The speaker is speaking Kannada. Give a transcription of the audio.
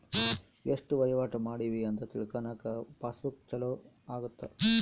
ಎಸ್ಟ ವಹಿವಾಟ ಮಾಡಿವಿ ಅಂತ ತಿಳ್ಕನಾಕ ಪಾಸ್ ಬುಕ್ ಚೊಲೊ ಅಗುತ್ತ